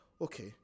okay